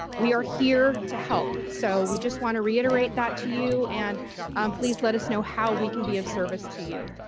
we are here to help so we just want to reiterate that to you and please let us know how we can be of service to you.